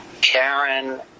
Karen